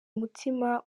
umutima